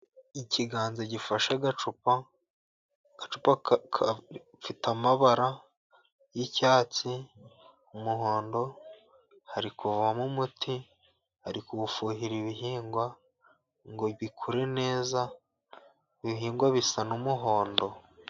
Ikiganza gifashe agacupa, agacupa gafite amabara y'icyatsi umuhondo hari kuvamo umuti, bari kuwufuhira ibihingwa ngo bikure neza, ibihingwa bisa n'umuhondo.